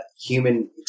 human